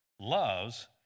loves